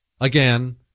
again